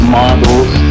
models